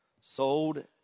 sold